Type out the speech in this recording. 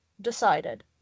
Decided